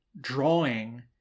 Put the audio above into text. drawing